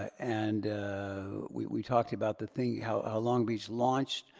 and we we talked about the thing, how long beach launched,